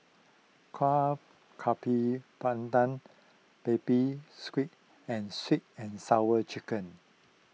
Kuih Pandan Baby Squid and Sweet and Sour Chicken